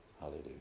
Hallelujah